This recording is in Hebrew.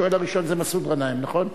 השואל הראשון זה מסעוד גנאים, נכון?